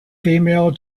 female